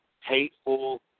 hateful